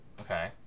okay